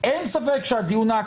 אבל אתה לוקח היבט אחד של דיני ממשלת